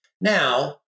now